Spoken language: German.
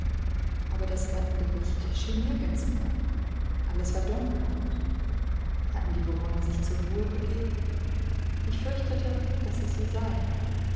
aber das rettende licht schien nirgends mehr alles war dunkelheit hatten die bewohner sich zur ruhe begeben ich fürchtete daß es so sei